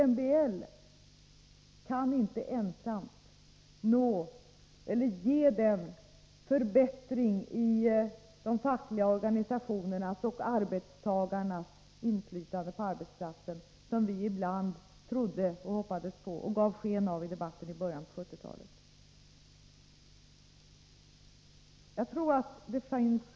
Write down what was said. MBL kan inte ensamt ge den förbättring i fråga om de fackliga organisationernas och arbetstagarnas inflytande på arbetsplatsen som vi trodde och hoppades på och ibland gav sken av i debatten i början av 1970-talet.